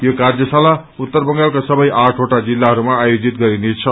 यो कार्यशाला उत्तर बंगालका सबै आठवटा जिल्लाहरूमा आयोजित गरिनेछ